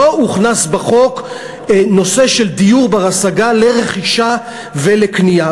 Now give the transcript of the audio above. לא הוכנס בחוק נושא של דיור בר-השגה לרכישה ולקנייה.